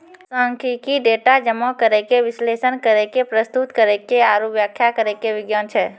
सांख्यिकी, डेटा जमा करै के, विश्लेषण करै के, प्रस्तुत करै के आरु व्याख्या करै के विज्ञान छै